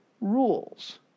rules